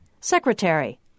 secretary